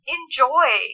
Enjoy